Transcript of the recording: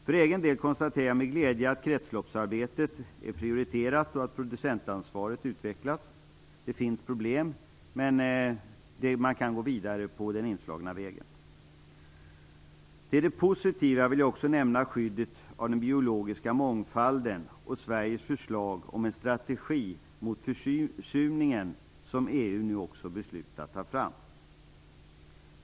För egen del konstaterar jag med glädje att kretsloppsarbetet är prioriterat och att producentansvaret utvecklas. Det finns problem, men man kan gå vidare på den inslagna vägen. Till det positiva vill jag också nämna skyddet av den biologiska mångfalden och Sveriges förslag om en strategi mot försurningen som EU nu också har beslutat att ta fram.